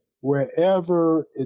Wherever